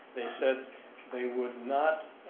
they said they would not